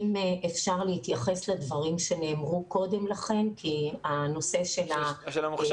אם אפשר להתייחס לדברים שנאמרו קודם לכן כי הנושא -- של הלא מוכר?